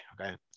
Okay